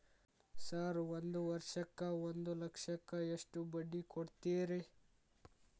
Sir ಒಂದು ವರ್ಷಕ್ಕ ಒಂದು ಲಕ್ಷಕ್ಕ ಎಷ್ಟು ಬಡ್ಡಿ ಕೊಡ್ತೇರಿ?